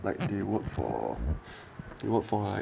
like they work for you work for like